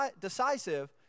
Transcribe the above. decisive